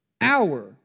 hour